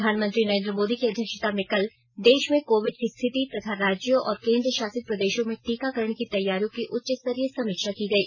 प्रधानमंत्री नरेन्द्र मोदी की अध्यक्षता में कल देश में कोविड की स्थिति तथा राज्यों और केन्द्रशासित प्रदेशों में टीकाकरण की तैयारियों की उच्चस्तरीय समीक्षा की गई